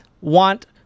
want